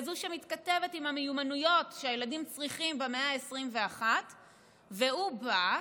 כזו שמתכתבת עם המיומנויות שהילדים צריכים במאה ה-21 והוא בא,